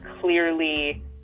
clearly